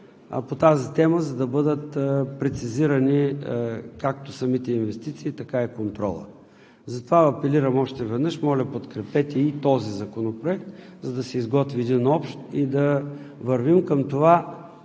по тази тема, за да бъдат прецизирани както самите инвестиции, така и контролът. Затова апелирам още веднъж: моля, подкрепете и този законопроект, за да се изготви един общ и да вървим към това